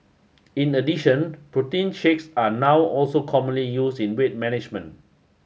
in addition protein shakes are now also commonly used in weight management